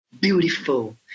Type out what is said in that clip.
beautiful